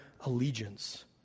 allegiance